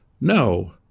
No